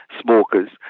smokers